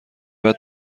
بعد